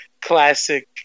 classic